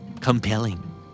Compelling